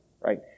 right